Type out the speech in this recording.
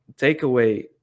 takeaway